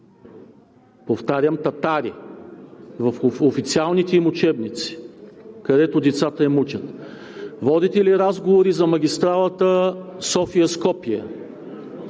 Повтарям: татари, в официалните им учебници, където децата им учат! Водите ли разговори за магистралата София – Скопие,